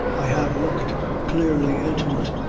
i have looked clearly into it,